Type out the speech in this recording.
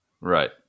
Right